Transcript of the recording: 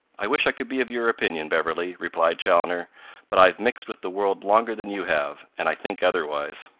i wish i could be of your opinion, beverley, replied chaloner but i have mixed with the world longer than you have, and i think otherwise.